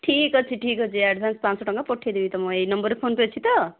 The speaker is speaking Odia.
ଠିକ ଅଛି ଠିକ ଅଛି ଆଡ଼ଭାନ୍ସ ପାଆଁଶହ ଟଙ୍କା ପଠେଇଦେବି ତୁମ ଏଇ ନମ୍ବରରେ ଫୋନ୍ ପେ' ଅଛି ତ